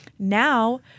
Now